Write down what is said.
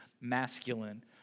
masculine